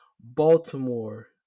Baltimore